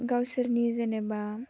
गावसोरनि जेनेबा